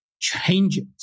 changes